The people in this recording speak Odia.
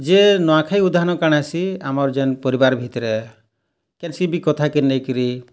ଯେ ନୂଆଖାଇ ଆମର୍ ଜେନ୍ ପରିବାର୍ ଭିତରେ କେନଶୀ ବି କଥା କେ ନେଇକିରୀ